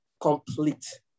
complete